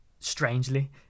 strangely